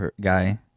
guy